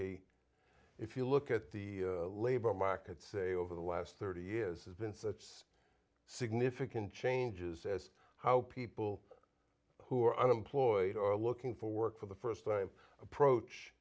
a if you look at the labor market say over the last thirty years has been such a significant changes as how people who are unemployed or looking for work for the first time approach